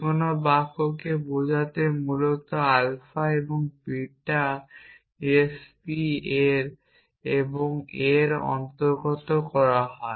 যেকোন বাক্যকে বোঝাতে মূলত আলফা এবং বিটা s p এবং a এর অন্তর্গত করা হয়